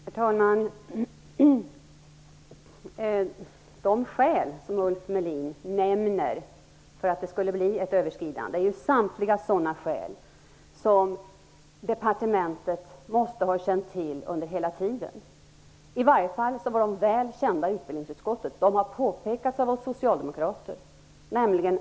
Herr talman! Samtliga de skäl som Ulf Melin nämner för att det skulle bli ett överskridande är sådana som departementet måste ha känt till hela tiden. I varje fall var de väl kända i utbildningsutskottet. De har påpekats av oss socialdemokrater.